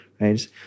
Right